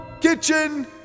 kitchen